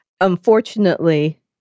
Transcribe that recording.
Unfortunately